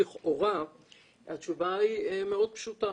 לכאורה התשובה היא מאוד פשוטה,